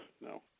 No